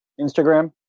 Instagram